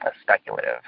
speculative